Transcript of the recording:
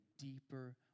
deeper